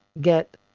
get